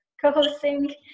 co-hosting